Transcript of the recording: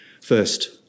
First